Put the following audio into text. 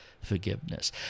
forgiveness